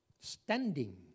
standing